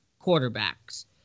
quarterbacks